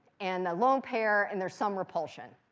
and a lone pair, and there's some repulsion.